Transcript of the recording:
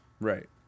right